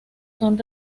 son